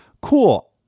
cool